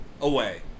away